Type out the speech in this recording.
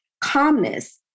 calmness